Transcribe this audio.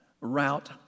Route